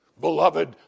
Beloved